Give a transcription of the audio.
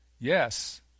yes